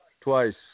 Twice